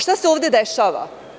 Šta se ovde dešava?